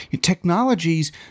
technologies